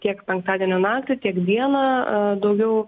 tiek penktadienio naktį tiek dieną daugiau